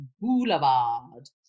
Boulevard